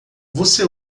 você